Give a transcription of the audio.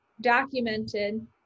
documented